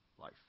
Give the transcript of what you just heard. life